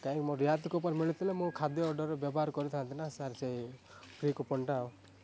କାହିଁକି ମୁଁ ରିହାତି କୁପନ୍ ମିଳୁଥିଲେ ମୁଁ ଖାଦ୍ୟ ଅର୍ଡ଼ର ବ୍ୟବହାର କରିଥାଆନ୍ତି ନାଁ ସାର୍ ସେଇ ଫ୍ରି କୁପନ୍ଟା ଆଉ